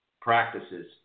practices